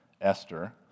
Esther